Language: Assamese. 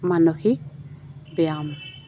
মানসিক ব্যায়াম